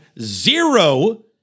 zero